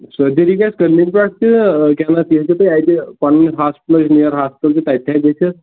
surgery گژھِ clinic پیٚٹھ تہِ ییٚلہِ بیسکلی اتہِ پنُن ہاسپٹل چھُ نِیر ہاسپِٹل تَتہِ ہیٚکہِ گٔژھِتھ